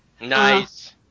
Nice